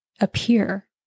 appear